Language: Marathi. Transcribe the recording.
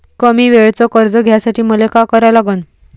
कमी वेळेचं कर्ज घ्यासाठी मले का करा लागन?